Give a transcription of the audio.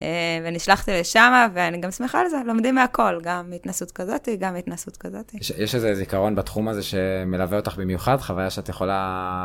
אה.. ונשלחתי לשמה, ואני גם שמחה על זה, לומדים מהכל, גם התנסות כזאתי, גם התנסות כזאתי. יש, יש איזה זיכרון בתחום הזה שמלווה אותך במיוחד, חוויה שאת יכולה...